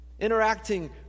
interacting